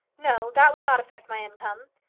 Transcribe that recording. no that would not affect my income.